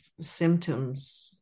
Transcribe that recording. symptoms